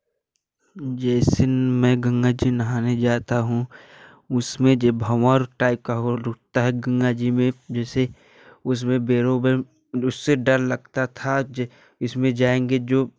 जैसे मैं गंगा जी नहाने जाता हूँ उसमें जो भंवर टाइप का होल होता है गंगा जी में जैसे उसमें बेरोबेम उससे डर लगता था जो इसमें जाएँगे जो